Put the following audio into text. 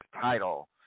title